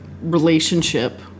relationship